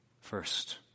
First